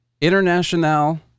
International